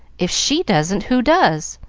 if she doesn't, who does?